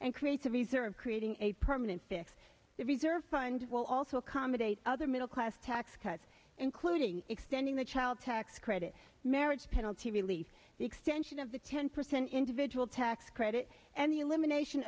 and creates of easer and creating a permanent fix the reserve fund will also accommodate other middle class tax cuts including extending the child tax credit marriage penalty relief the extension of the ten percent individual tax credit and the elimination